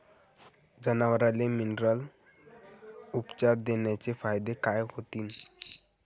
जनावराले मिनरल उपचार देण्याचे फायदे काय होतीन?